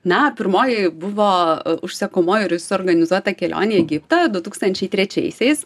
na pirmoji buvo užsakomoji ir suorganizuota kelionė į egiptą du tūkstančiai trečiaisiais